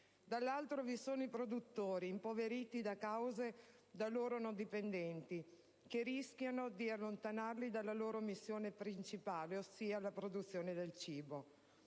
dall'altro, vi sono i produttori impoveriti da cause da loro non dipendenti che rischiano di allontanarli dalla loro missione principale, ossia la produzione del cibo.